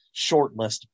shortlist